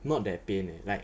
not that pain eh like